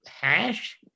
hash